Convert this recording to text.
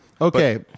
okay